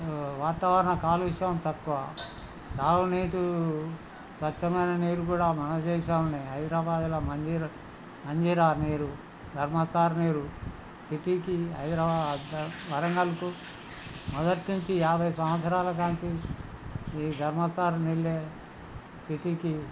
వాతావరణ కాలుష్యం తక్కువ తాగునీరు స్వచ్ఛమైన నీరు కూడా మనదేశంలోనే హైదరాబాదులో మంజీరా నీరు ధర్మచార నీరు సిటీకి హైదరాబాద్ వరంగల్కు మొదటి నుంచి యాభై సంవత్సరాల నుంచి ఈ ధర్మచార నీళ్ళే సిటీకి